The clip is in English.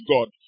God